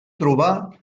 trobar